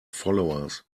followers